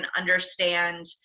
understand